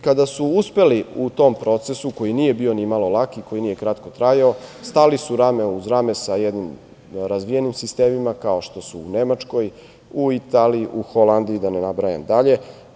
Kada su upeli u tom procesu koji nije bio ni malo lak i koji nije kratko trajao stali su rame uz rame sa jednim razvijenim sistemima, kao što su u Nemačkoj, u Italiji, u Holandiji, da ne nabrajam dalje.